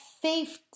faith